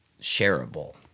shareable